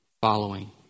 following